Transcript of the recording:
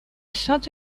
such